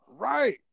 right